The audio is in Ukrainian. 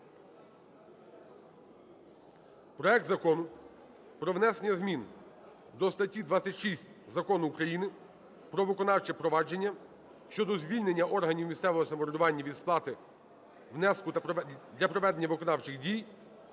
проект Закону про внесення змін до статті 26 Закону України "Про виконавче провадження" щодо звільнення органів місцевого самоврядування від сплати внеску для проведення виконавчих дій